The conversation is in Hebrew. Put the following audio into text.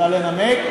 רוצה לנמק?